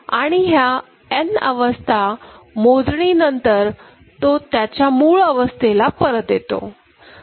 आणि ह्या n अवस्था मोजणी नंतर तो त्याच्या मूळ अवस्थेला परत येतो